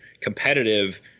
competitive